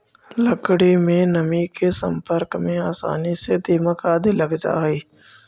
लकड़ी में नमी के सम्पर्क में आसानी से दीमक आदि लग जा हइ